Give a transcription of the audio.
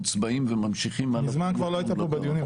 מוצבעים וממשיכים הלאה --- מזמן כבר לא היית פה בדיונים,